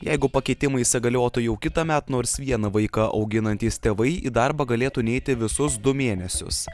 jeigu pakeitimai įsigaliotų jau kitąmet nors vieną vaiką auginantys tėvai į darbą galėtų neiti visus du mėnesius